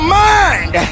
mind